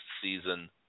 season